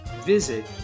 visit